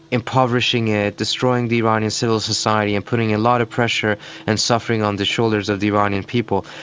impoverishing it, destroying the iranian civil society, and putting a lot of pressure and suffering on the shoulders of the iranian people,